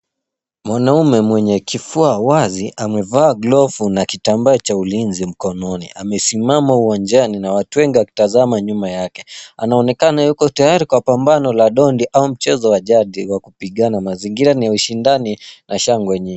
Mwanaume mwenye kifua wazi amevaa glovu na kitambaa cha ulinzi mkononi. Amesimama uwanjani na watu wengi wakitazama nyuma yake. Anaonekana yuko tayari kwa pambano la dondi au mchezo wa jadi wa kupigana. Mazingira ni ushindani na shangwe nyingi.